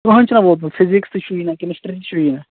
کٕہٕنۍ چھُنہ ووتمُت فزیکٕس تہِ چھُیی نہٕ کٔمسٹرٛی تہِ چھُیی نہٕ